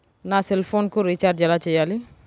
నా సెల్ఫోన్కు రీచార్జ్ ఎలా చేయాలి?